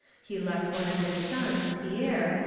he left one of his sons, pierre,